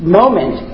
moment